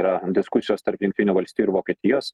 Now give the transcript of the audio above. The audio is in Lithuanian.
yra diskusijos tarp jungtinių valstijų ir vokietijos